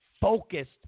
focused